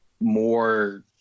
more